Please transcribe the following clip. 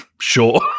Sure